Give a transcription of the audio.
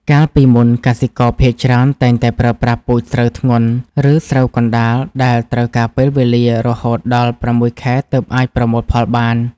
កាលពីមុន កសិករភាគច្រើនតែងតែប្រើប្រាស់ពូជស្រូវធ្ងន់ ឬស្រូវកណ្ដាលដែលត្រូវការពេលវេលារហូតដល់ ៦ ខែទើបអាចប្រមូលផលបាន។